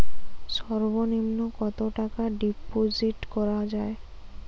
সর্ব নিম্ন কতটাকা ডিপোজিট করা য়ায়?